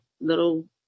little